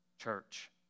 church